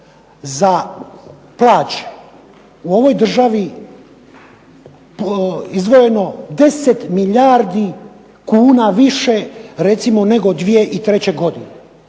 za plaće u ovoj državi izdvojeno 10 milijardi kuna više recimo nego 2003. godine